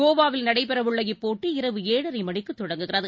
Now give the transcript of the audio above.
கோவாவில் நடைபெறஉள்ள இப்போட்டி இரவு ஏழரைமணிக்குதொடங்குகிறது